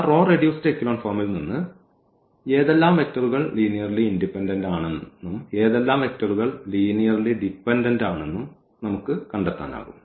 ആ row reduced echelon ഫോമിൽ നിന്ന് ഏതെല്ലാം വെക്റ്ററുകൾ ലീനിയർലി ഇൻഡിപെൻഡൻഡ് ആണെന്ന് ഏതെല്ലാം വെക്റ്ററുകൾ ലീനിയർലി ഡിപെൻഡൻഡ് ആണെന്ന് നമുക്ക് കണ്ടെത്താനാകും